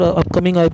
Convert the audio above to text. upcoming